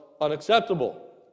unacceptable